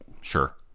sure